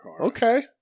okay